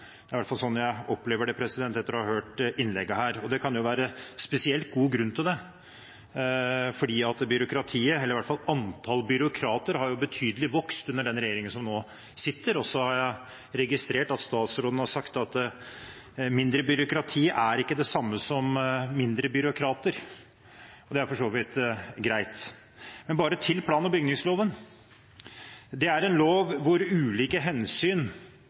det er iallfall slik jeg opplever det etter å ha hørt innleggene her. Det kan jo være spesielt god grunn til det, for antallet byråkrater har steget betydelig under den regjeringen som nå sitter. Jeg har registrert at statsråden har sagt at mindre byråkrati ikke er det samme som færre byråkrater. Det er for så vidt greit. En kommentar til plan- og bygningsloven: Det er en lov hvor ulike hensyn